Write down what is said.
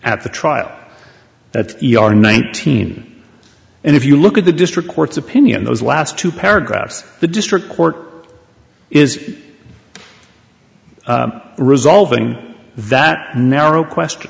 at the trial that e r nineteen and if you look at the district court's opinion those last two paragraphs the district court is resolving that narrow question